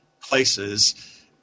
places